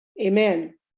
amen